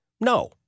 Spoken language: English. No